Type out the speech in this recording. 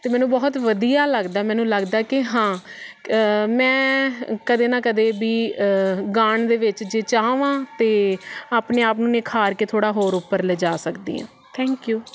ਅਤੇ ਮੈਨੂੰ ਬਹੁਤ ਵਧੀਆ ਲੱਗਦਾ ਮੈਨੂੰ ਲੱਗਦਾ ਕਿ ਹਾਂ ਮੈਂ ਕਦੇ ਨਾ ਕਦੇ ਵੀ ਗਾਣ ਦੇ ਵਿੱਚ ਜੇ ਚਾਹਵਾਂ ਤਾਂ ਆਪਣੇ ਆਪ ਨੂੰ ਨਿਖਾਰ ਕੇ ਥੋੜ੍ਹਾ ਹੋਰ ਉੱਪਰ ਲੈ ਜਾ ਸਕਦੀ ਹਾਂ ਥੈਂਕ ਯੂ